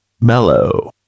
mellow